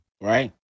Right